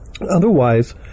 Otherwise